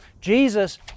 Jesus